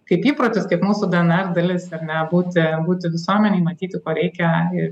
kaip įprotis kaip mūsų dnr dalis ar ne būti būti visuomenėj matyti ko reikia ir